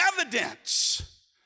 evidence